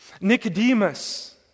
Nicodemus